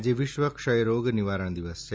આજે વિશ્વ ક્ષયરોગ નિવારણ દિવસ છે